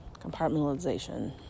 compartmentalization